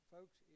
Folks